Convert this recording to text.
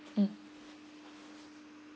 mm